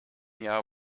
jahr